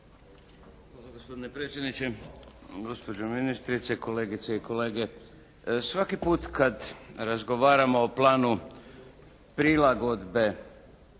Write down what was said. Hvala gospodine predsjedniče, gospođo ministrice, kolegice i kolege. Svaki put kad razgovaramo o planu prilagodbe